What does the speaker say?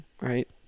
Right